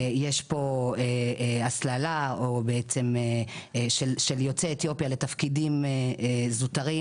יש פה הסללה של יוצאי אתיופיה לתפקידים זוטרים,